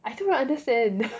I think I understand